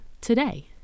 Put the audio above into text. today